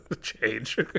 change